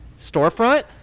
storefront